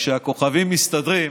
וכשהכוכבים מסתדרים,